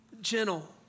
Gentle